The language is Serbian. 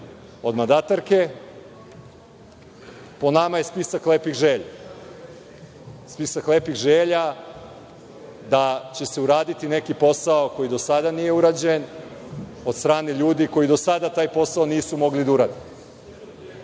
od mandatarke, po nama je spisak lepih želja, da će se uraditi neki posao koji do sada nije urađen od strane ljudi koji do sada taj posao nisu mogli da urade.